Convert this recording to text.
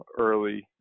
early